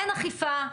אין אכיפה,